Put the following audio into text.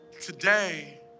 today